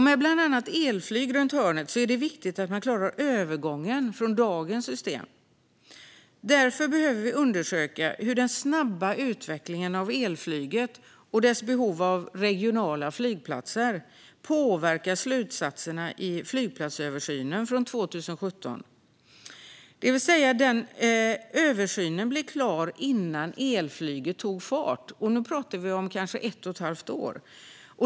Med bland annat elflyg runt hörnet är det viktigt att man klarar övergången från dagens system. Därför behöver vi undersöka hur den snabba utvecklingen av elflyget och dess behov av de regionala flygplatserna påverkar slutsatserna i flygplatsöversynen från 2017, det vill säga den översyn som blev klar innan elflyget tog fart. Nu pratar vi om kanske ett och ett halvt år.